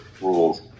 rules